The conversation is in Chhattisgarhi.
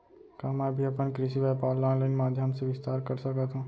का मैं भी अपन कृषि व्यापार ल ऑनलाइन माधयम से विस्तार कर सकत हो?